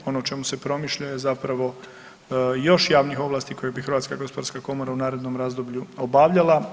Ono o čemu se promišlja je zapravo još javnih ovlasti koje bi HGK u narednom razdoblju obavljala.